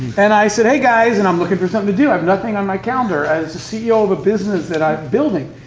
and i said, hey guys, and i'm looking for something to do, i have nothing on my calendar as a ceo of a business that i'm building.